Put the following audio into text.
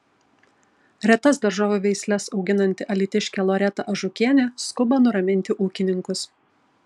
retas daržovių veisles auginanti alytiškė loreta ažukienė skuba nuraminti ūkininkus